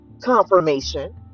confirmation